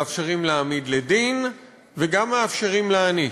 מאפשרים להעמיד לדין וגם מאפשרים להעניש.